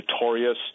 notorious